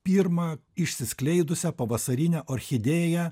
pirmą išsiskleidusią pavasarinę orchidėją